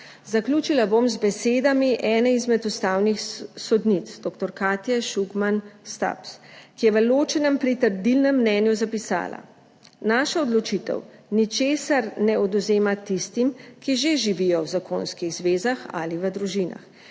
Zaključila bom z besedami ene izmed ustavnih sodnic, dr. Katje Šugman Stubbs, ki je v ločenem pritrdilnem mnenju zapisala: »Naša odločitev ničesar ne odvzema tistim, ki že živijo v zakonskih zvezah ali v družinah.